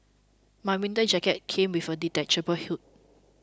my winter jacket came with a detachable hood